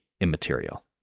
immaterial